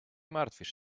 martwisz